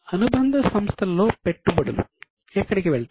inventory ఎక్కడికి వెళ్తాయి